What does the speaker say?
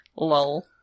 Lol